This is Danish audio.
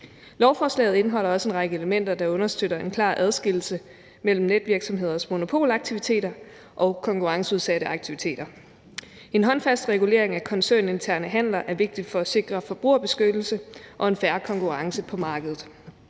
Lovforslaget indeholder også en række elementer, der understøtter en klar adskillelse mellem netvirksomheders monopolaktiviteter og konkurrenceudsatte aktiviteter. En håndfast regulering af koncerninterne handeler er vigtigt for at sikre forbrugerbeskyttelse og en fair konkurrence på markedet.